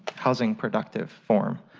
housing productive form.